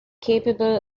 capable